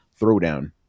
Throwdown